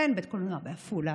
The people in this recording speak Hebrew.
אין בית קולנוע בעפולה,